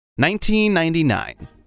1999